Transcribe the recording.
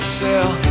sell